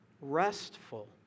restful